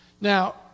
Now